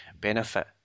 benefit